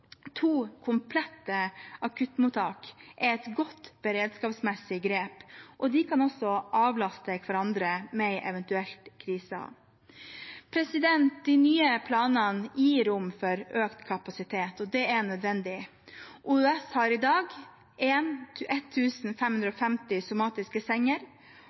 To komplette akuttmottak er et godt beredskapsmessig grep, og de kan også avlaste hverandre ved en eventuell krise. De nye planene gir rom for økt kapasitet, og det er nødvendig. OUS har i dag 1 550 somatiske senger, og det planlegges økt til 1 900 senger